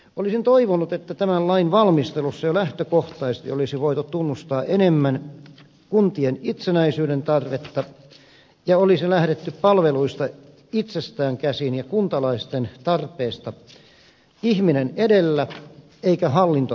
olisin toivonut että tämän lain valmistelussa jo lähtökohtaisesti olisi voitu tunnustaa enemmän kuntien itsenäisyydentarvetta ja olisi lähdetty palveluista itsestään käsin ja kuntalaisten tarpeesta ihminen edellä eikä hallinto edellä